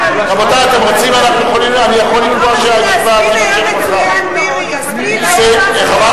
אני יכול לקבוע שהישיבה תימשך מחר.